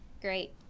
great